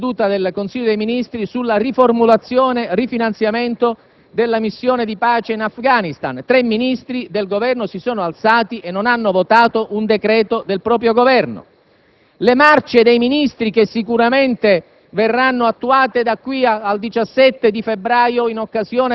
laddove si devono assumere grandi responsabilità istituzionali, quali l'approvazione del decreto‑legge di proroga della nostra missione di pace in Afghanistan, sul quale il Governo mesi or sono, per ottenere l'approvazione dal Parlamento, è stato costretto ad imporre la fiducia ai propri parlamentari dissidenti.